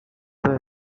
the